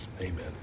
amen